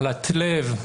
מחלת לב,